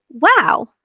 wow